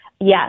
Yes